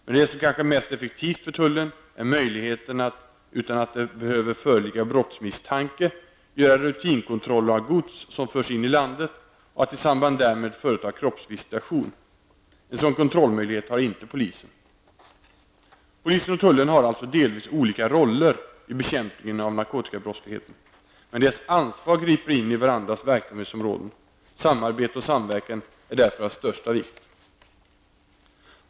Men det som kanske är mest effektivt för tullen är möjligheten att -- utan att det behöver föreligga brottsmisstanke -- göra rutinkontroller av gods som förs in i landet och att i samband därmed företa kroppsvisitation. En sådan kontrollmöjlighet har inte polisen. Polisen och tullen har alltså delvis olika roller i bekämpningen av narkotikabrottsligheten. Men deras ansvar griper in i varandras verksamhetsområden. Samarbete och samverkan är därför av största vikt.